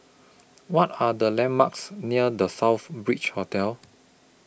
What Are The landmarks near The Southbridge Hotel